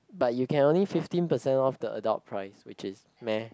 but you can only fifteen percent off the adult price which is meh